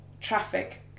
traffic